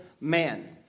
man